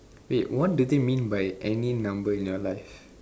wait what do they mean by any number in your life